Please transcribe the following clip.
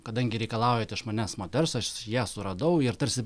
kadangi reikalaujat iš manęs moters aš ją suradau ir tarsi